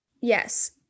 yes